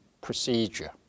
procedure